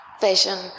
vision